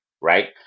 right